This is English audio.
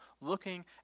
looking